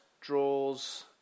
draws